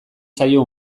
zaio